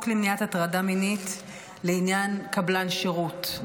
למניעת הטרדה מינית (הרחבת תחולה לעניין קבלן שירות),